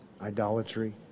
idolatry